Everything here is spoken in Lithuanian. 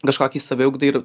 kažkokiai saviugdai ir